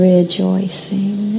Rejoicing